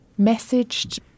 messaged